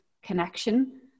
connection